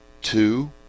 Two